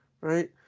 right